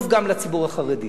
טוב גם לציבור החרדי,